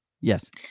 Yes